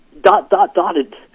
dot-dot-dotted